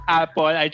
Apple